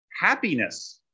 happiness